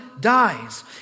dies